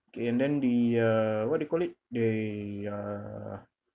okay and then the uh what do you call it they uh